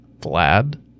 Vlad